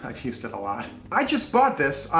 ah i've used it a lot. i just bought this.